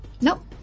Nope